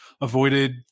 avoided